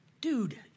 dude